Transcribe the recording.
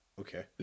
okay